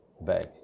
back